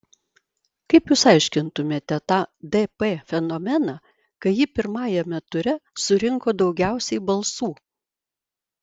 kaip jūs aiškintumėte tą dp fenomeną kai ji pirmajame ture surinko daugiausiai balsų